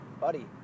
buddy